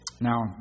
Now